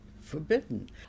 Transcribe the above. forbidden